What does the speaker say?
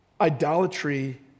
Idolatry